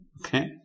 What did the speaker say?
Okay